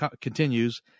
continues